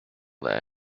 there